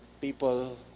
people